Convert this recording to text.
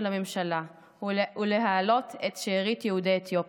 הממשלה ולהעלות את שארית יהודי אתיופיה,